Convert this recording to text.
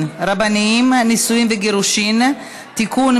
רבניים (נישואין וגירושין) (תיקון,